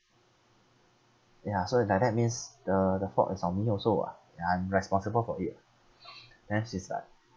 ya so if like that means the the fault is on me also ah ya I'm responsible for it ah then she's like